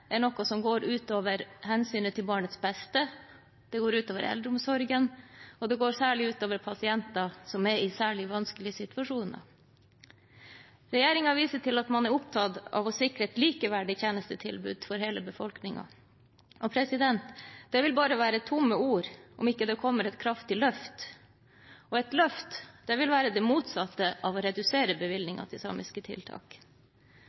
er noe som går ut over hensynet til barnets beste, det går ut over eldreomsorgen, og det går særlig ut over pasienter som er i en særlig vanskelig situasjon. Regjeringen viser til at man er opptatt av å sikre et likeverdig tjenestetilbud for hele befolkningen. Det vil bare være tomme ord om det ikke kommer et kraftig løft, og et løft vil være det motsatte av å redusere bevilgninger til samiske tiltak.